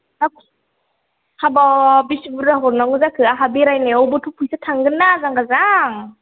हाब हाबाब बेसे बुरजा हरनांगौ जाखो आंहा बेरायनायावबोथ' फैसा थांगोन ना आजां गाजां